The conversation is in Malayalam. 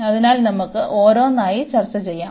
അതിനാൽ നമുക്ക് ഓരോന്നായി ചർച്ച ചെയ്യാം